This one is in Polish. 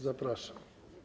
Zapraszam.